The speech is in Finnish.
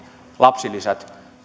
lapsilisät tämä